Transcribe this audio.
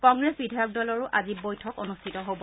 কংগ্ৰেছ বিধায়ক দলৰো আজি বৈঠক অনুষ্ঠিত হ'ব